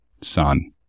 son